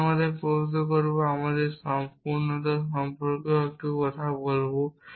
সুতরাং আমরা এই প্রশ্নটি জিজ্ঞাসা করব আমরা সম্পূর্ণতা সম্পর্কেও একটু কথা বলব